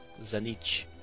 Zanich